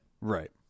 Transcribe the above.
right